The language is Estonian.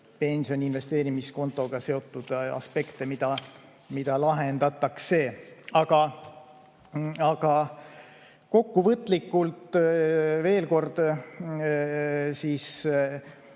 pensioni investeerimiskontoga seotud aspekte, mida lahendatakse. Aga kokkuvõtlikult veel kord